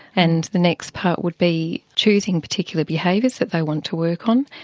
and the next part would be choosing particular behaviours that they want to work on.